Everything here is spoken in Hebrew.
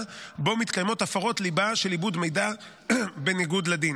שבו מתקיימות הפרות ליבה של עיבוד מידע בניגוד לדין.